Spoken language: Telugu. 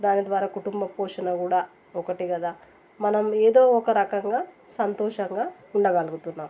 దాని ద్వారా కుటుంబ పోషణ కూడా ఒకటి కదా మనం ఏదో ఒక రకంగా సంతోషంగా ఉండగలుగుతున్నాం